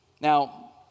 Now